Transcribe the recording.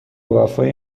وفای